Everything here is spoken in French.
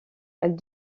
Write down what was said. elle